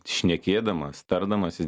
šnekėdamas tardamasis